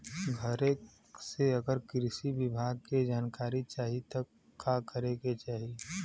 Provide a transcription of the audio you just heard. घरे से अगर कृषि विभाग के जानकारी चाहीत का करे के चाही?